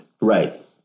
Right